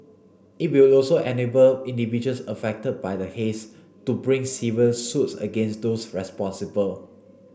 it will also enable individuals affected by the haze to bring civil suits against those responsible